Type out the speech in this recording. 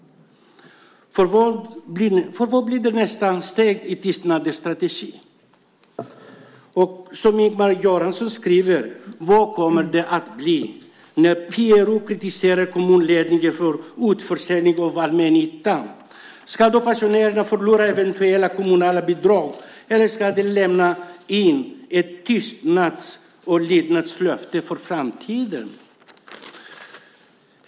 Vad blir nästa steg i tystnadens strategi? Och som Ingemar Göransson skriver: Hur kommer det att bli när PRO kritiserar kommunledningen för utförsäljning av allmännyttan? Ska pensionärerna förlora eventuella kommunala bidrag då, eller ska de lämna in ett tystnads och lydnadslöfte för framtiden?